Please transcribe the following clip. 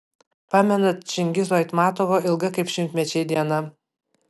pamenat čingizo aitmatovo ilga kaip šimtmečiai diena